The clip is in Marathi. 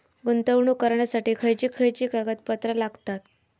गुंतवणूक करण्यासाठी खयची खयची कागदपत्रा लागतात?